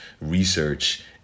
research